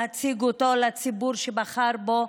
להציג אותו לציבור שבחר בנו,